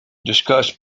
discuss